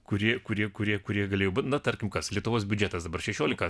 kurie kurie kurie kurie galėjo būti na tarkim kad lietuvos biudžetas dabar šešiolika